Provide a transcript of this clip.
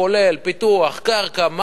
כולל פיתוח קרקע,